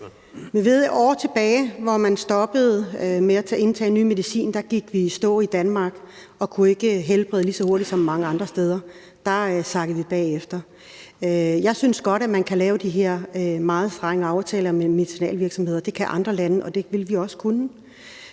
(DF): For år tilbage, da man stoppede med at indføre ny medicin, gik vi i stå i Danmark og kunne ikke helbrede lige så hurtigt som mange andre steder. Der sakkede vi bagud. Jeg synes godt, at man kan lave de her meget strenge aftaler med medicinalvirksomheder – det kan andre lande, og det ville vi også kunne.